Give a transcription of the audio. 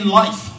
life